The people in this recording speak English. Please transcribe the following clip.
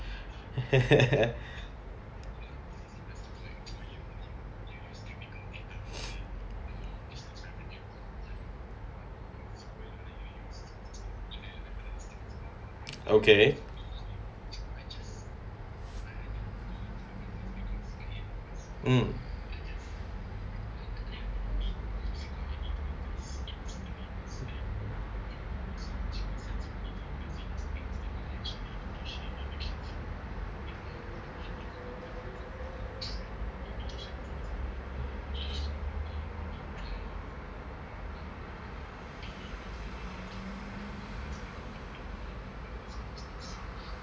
okay mm